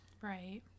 right